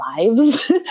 lives